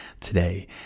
today